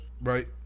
Right